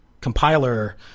compiler